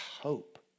hope